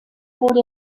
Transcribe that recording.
wurde